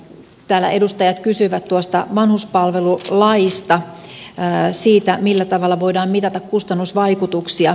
täällä edustajat kysyivät tuosta vanhuspalvelulaista siitä millä tavalla voidaan mitata kustannusvaikutuksia